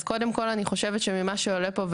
אז קודם כל אני חושבת שממה שעולה פה,